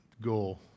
goal